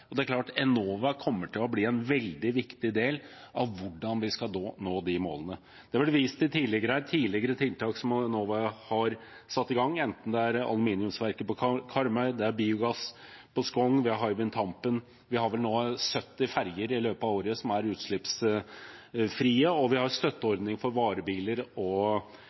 og det er klart at Enova kommer til å bli en veldig viktig del av hvordan vi skal nå de målene. Det er tidligere her blitt vist til tidligere tiltak Enova har satt i gang, enten det er aluminiumsverket på Karmøy, biogass på Skogn eller Hywind Tampen. I løpet av året har vi vel 70 ferger som er utslippsfrie, og vi har støtteordning for varebiler og